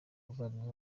umuvandimwe